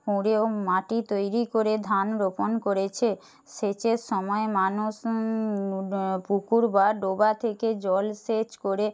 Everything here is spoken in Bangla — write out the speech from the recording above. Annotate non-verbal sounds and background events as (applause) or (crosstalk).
খুঁড়েও মাটি তৈরি করে ধান রোপন করেছে সেচের সময় মানুষ ড (unintelligible) পুকুর বা ডোবা থেকে জল সেচ করে